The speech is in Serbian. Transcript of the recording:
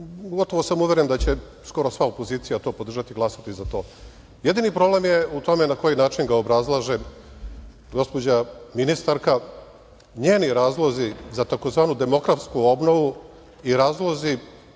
gotovo sam uveren da će skoro sva opozicija to podržati, glasati za to. Jedini problem je u tome na koji način ga obrazlaže gospođa ministarka. NJeni razlozi za tzv. demografsku obnovu i razlozi